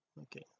okay